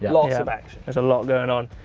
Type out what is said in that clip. lots of action. there's a lot going on.